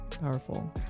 powerful